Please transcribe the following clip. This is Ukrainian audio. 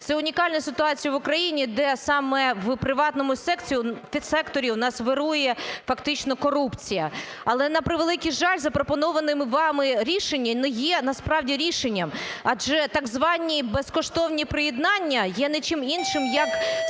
Це унікальна ситуація в Україні, де саме в приватному секторі у нас вирує фактично корупція, але на превеликий жаль, запропоноване вами рішення не є насправді рішенням, адже так звані безкоштовні приєднання є не чим іншим, як